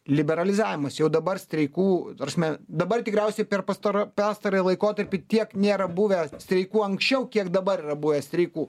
liberalizavimas jau dabar streikų ta prasme dabar tikriausiai per pastaro pastarąjį laikotarpį tiek nėra buvę streikų anksčiau kiek dabar yra buvę streikų